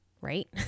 Right